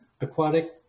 Aquatic